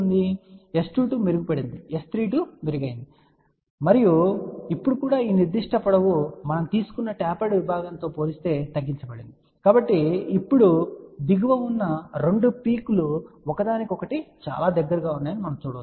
S22 మెరుగుపడింది S32 మెరుగు అయింది సరే మరియు కూడా ఇప్పుడు ఈ నిర్దిష్ట పొడవు మనము తీసుకున్న టాపర్డ్ విభాగంతో పోలిస్తే తగ్గించబడింది కాబట్టి ఇప్పుడు దిగువ ఉన్న రెండు పీక్ లు ఒకదానికొకటి చాలా దగ్గరగా ఉన్నాయని మనం చూడవచ్చు